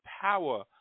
power